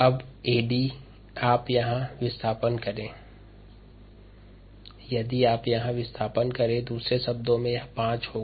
इसे प्रतिस्थापित करते है यह 5 होगा